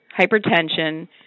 hypertension